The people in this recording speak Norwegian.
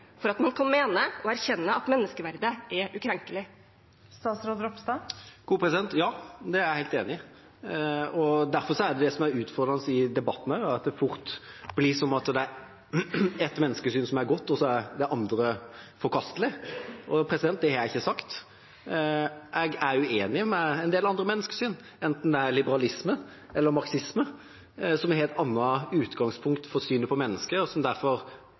for at man kan mene og erkjenne at menneskeverdet er ukrenkelig? Ja, det er jeg helt enig i. Derfor er også det som er utfordrende i debatten, at det fort blir slik at det er ett menneskesyn som er godt, og så er det andre forkastelig. Det har jeg ikke sagt. Jeg er uenig i en del andre menneskesyn, enten det er liberalisme eller marxisme, som har et annet utgangspunkt for synet på mennesket, og som derfor